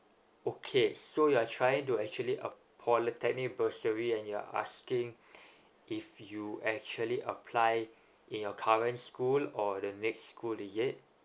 okay so you are trying to actually a polytechnic bursary and you're asking if you actually apply in your current school or the next school is it